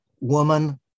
woman